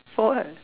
for what